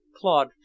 Claude